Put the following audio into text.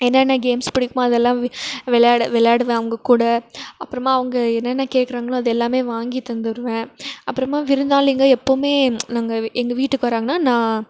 என்னென்ன கேம்ஸ் பிடிக்குமோ அதெல்லாம் வி விளாடு விளாடுவேன் அவங்கக்கூட அப்புறமா அவங்க என்னென்ன கேட்கறாங்களோ அதெல்லாமே வாங்கித் தந்துடுவேன் அப்புறமா விருந்தாளிங்க எப்போதுமே நாங்கள் எங்கள் வீட்டுக்கு வராங்கனா நான்